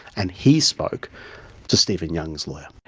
and he spoke to stephen young's lawyer.